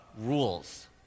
rules